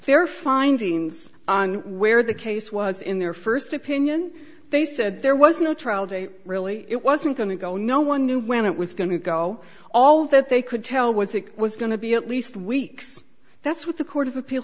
their findings on where the case was in their first opinion they said there was no trial date really it wasn't going to go no one knew when it was going to go all that they could tell was it was going to be at least weeks that's what the court of appeal